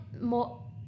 more